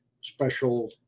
special